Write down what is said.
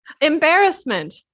Embarrassment